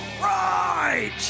Right